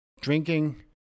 drinking